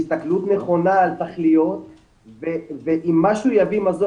הסתכלות נכונה על תכליות ואם משהו יביא מזור,